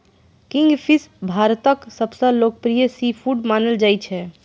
kingfish भारतक सबसं लोकप्रिय सीफूड मानल जाइ छै